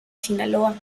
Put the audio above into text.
sinaloa